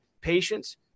patience